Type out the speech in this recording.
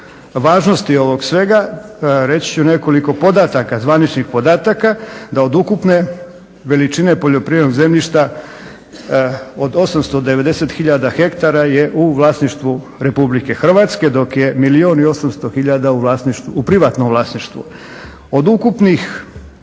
važnosti ovog svega reći ću nekoliko podataka, zvaničnih podataka da od ukupne veličine poljoprivrednog zemljišta od 890 hiljada hektara je u vlasništvu Republike Hrvatske dok je milijun i 800 hiljada u privatnom vlasništvu. Od ukupnih